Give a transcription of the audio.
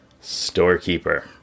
Storekeeper